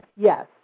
Yes